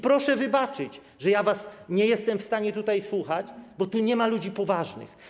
Proszę wybaczyć, że nie jestem w stanie was tutaj słuchać, bo tu nie ma ludzi poważnych.